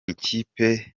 ikipe